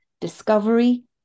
discovery